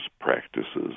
practices